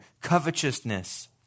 covetousness